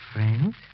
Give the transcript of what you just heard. Friends